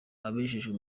abajejwe